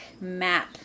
map